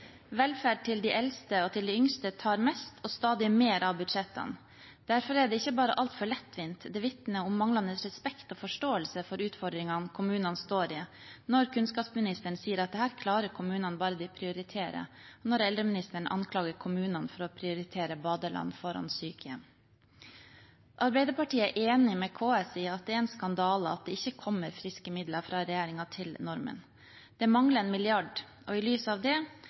Velferd til de eldste og til de yngste tar mest og stadig mer av budsjettene. Derfor er det ikke bare altfor lettvint – det vitner om manglende respekt og forståelse for utfordringene kommunene står i, når kunnskapsministeren sier at dette klarer kommunene bare de prioriterer, og eldreministeren anklager kommunene for å prioritere badeland foran sykehjem. Arbeiderpartiet er enig med KS i at det er en skandale at det ikke kommer friske midler fra regjeringen til normen. Det mangler en milliard, og i lys av det